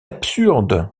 absurde